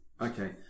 okay